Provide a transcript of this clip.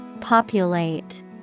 Populate